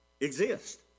exist